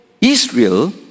Israel